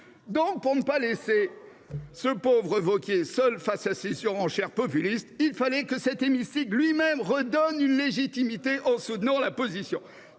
! Pour ne pas laisser le pauvre Wauquiez seul face à ses surenchères populistes, il fallait que cet hémicycle lui même lui redonne une légitimité en soutenant sa position.